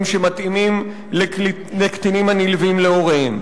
שמתאימים לקטינים הנלווים להוריהם.